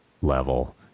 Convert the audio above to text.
level